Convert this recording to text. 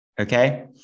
Okay